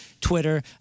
Twitter